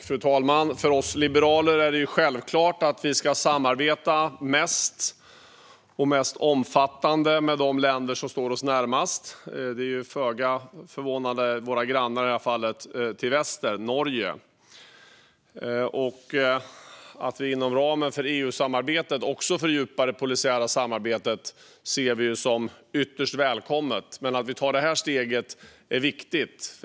Fru talman! För oss liberaler är det självklart att Sverige ska samarbeta mest och mest omfattande med de länder som står oss närmast. Det är, i det här fallet, föga förvånande våra grannar i väster, Norge. Att vi fördjupar det polisiära samarbetet också inom ramen för EU-samarbetet ser vi som ytterst välkommet. Men det är viktigt att vi tar det här steget.